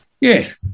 Yes